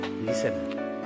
listen